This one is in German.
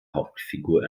hauptfigur